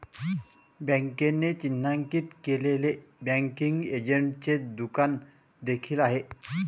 बँकेने चिन्हांकित केलेले बँकिंग एजंटचे दुकान देखील आहे